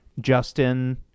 Justin